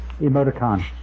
Emoticon